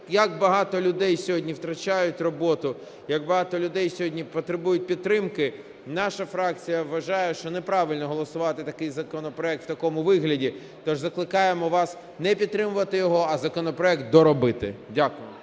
як багато людей сьогодні втрачають роботу, як багато людей сьогодні потребують підтримки, наша фракція вважає, що неправильно голосувати такий законопроект в такому вигляді. Тож закликаємо вас не підтримувати його, а законопроект доробити. Дякую.